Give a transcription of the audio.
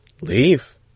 Leave